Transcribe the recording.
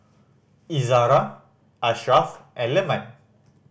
Izara Ashraff and Leman